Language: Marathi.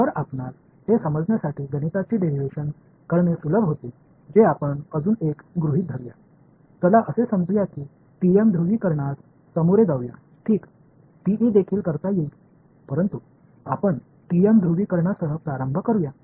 तर आपणास हे समजण्यासाठी गणिताचे डेरीव्हेशन करणे सुलभ होते जे आपण अजून एक गृहित धरूया चला असे समजूया की टीएम ध्रुवीकरणास सामोरे जाऊया ठीक टीई देखील करता येईल परंतु आपण टीएम ध्रुवीकरणासह प्रारंभ करूया